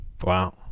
Wow